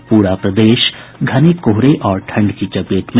और पूरा प्रदेश घने कोहरे और ठंड की चपेट में